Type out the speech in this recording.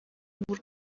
w’u